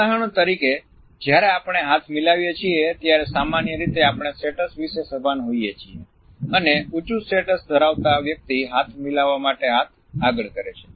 ઉદાહરણ તરીકે જ્યારે આપણે હાથ મિલાવીએ છીએ ત્યારે સામાન્ય રીતે આપણે સ્ટેટસ વિશે સભાન હોઈએ છીએ અને ઉચ્ચું સ્ટેટસ ધરાવતા વ્યક્તિ હાથ મિલાવવા માટે હાથ આગળ કરે છે